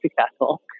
successful